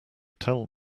tell